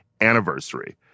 anniversary